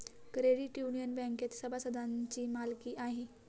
credit union बँकेत सभासदांची मालकी आहे